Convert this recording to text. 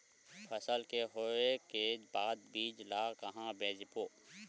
फसल के होय के बाद बीज ला कहां बेचबो?